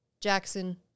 Jackson-